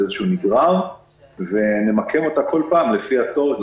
נגרר ונמקם אותה בכל פעם לפי הצורך,